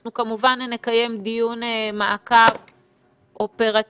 אנחנו כמובן נקיים דיון מעקב אופרטיבי.